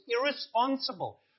irresponsible